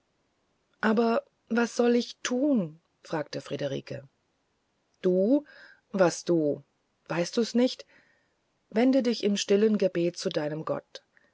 aber was soll ich tun fragte friederike du was du weißt du's nicht wende dich im stillen gebete zu deinem gott